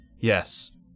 yes